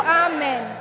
amen